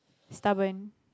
stubborn